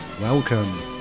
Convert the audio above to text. welcome